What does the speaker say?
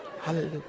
Hallelujah